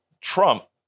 Trump